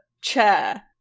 chair